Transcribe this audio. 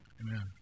Amen